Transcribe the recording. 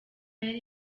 yari